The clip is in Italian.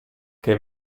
che